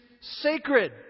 Sacred